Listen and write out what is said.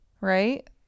Right